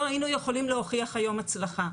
לא היינו יכולים להוכיח היום הצלחה,